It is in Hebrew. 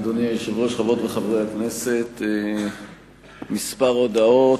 אדוני היושב-ראש, חברות וחברי הכנסת, כמה הודעות.